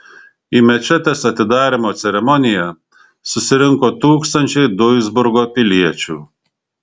į mečetės atidarymo ceremoniją susirinko tūkstančiai duisburgo piliečių